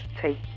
take